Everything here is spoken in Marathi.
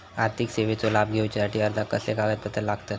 आर्थिक सेवेचो लाभ घेवच्यासाठी अर्जाक कसले कागदपत्र लागतत?